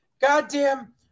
goddamn